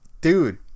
dude